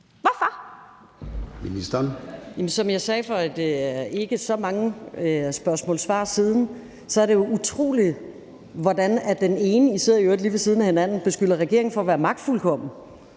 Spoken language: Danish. Som jeg også sagde for ikke så mange spørgsmål-svar siden, er det jo utroligt, hvordan den ene part beskylder regeringen for at være magtfuldkommen